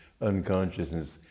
unconsciousness